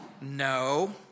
No